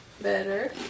better